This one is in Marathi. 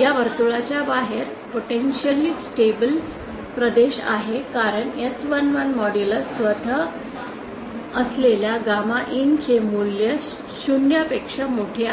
या वर्तुळाच्या बाहेर पोटेंशिअलि अनन्स्टेबल प्रदेश आहे कारण S11 मॉड्यूलस स्वतः असलेल्या गामा IN चे मूल्य शून्यापेक्षा मोठे आहे